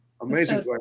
amazing